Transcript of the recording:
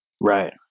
Right